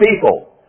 people